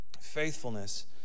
Faithfulness